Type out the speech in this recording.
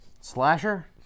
Slasher